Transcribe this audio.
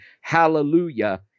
Hallelujah